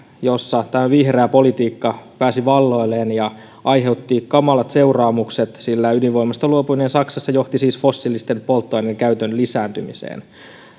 jossa tämä vihreä politiikka pääsi valloilleen ja aiheutti kamalat seuraamukset sillä ydinvoimasta luopuminen saksassa johti siis fossiilisten polttoaineiden käytön lisääntymiseen